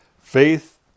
Faith